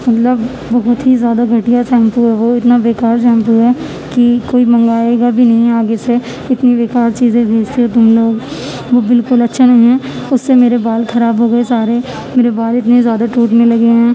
مطلب بہت ہی زیادہ گھٹیا شیمپو ہے وہ اتنا بیکار شیمپو ہے کہ کوئی منگوائے گا بھی نہیں آگے سے اتنی بیکار چیزیں بھیجتے ہو تم لوگ وہ بالکل اچھا نہیں ہے اس سے میرے بال خراب ہو گئے سارے میرے بال اتنے زیادہ ٹوٹنے لگے ہیں